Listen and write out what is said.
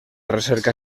recerca